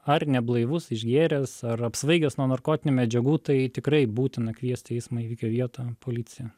ar neblaivus išgėręs ar apsvaigęs nuo narkotinių medžiagų tai tikrai būtina kviesti į eismo įvykio vietą policiją